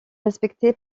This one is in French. respecté